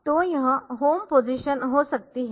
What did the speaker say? तो यह home position हो सकती है